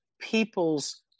people's